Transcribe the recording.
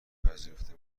پذیرفته